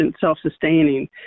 self-sustaining